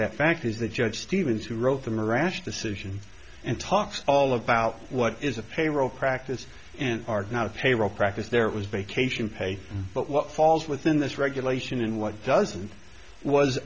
that fact is that judge stevens who wrote them a rash decision and talks all about what is a payroll practice and are not a payroll practice there was vacationing pay but what falls within this regulation and what doesn't was